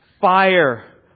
fire